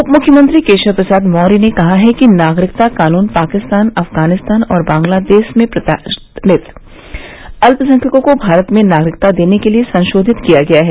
उपमुख्यमंत्री केशव प्रसाद मौर्य ने कहा कि नागरिकता कानून पाकिस्तान अफगानिस्तान और बांग्लादेश मे प्रताड़ित अल्पसंख्यकों को भारत में नागरिकता देने के लिए संशोधित किया गया है